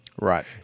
Right